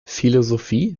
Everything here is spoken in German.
philosophie